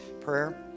prayer